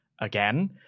again